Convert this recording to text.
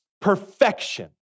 perfection